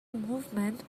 movement